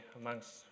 amongst